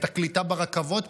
את הקליטה ברכבות.